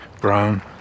brown